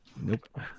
nope